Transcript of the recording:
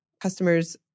customers